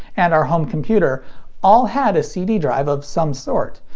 and our home computer all had a cd drive of some sort.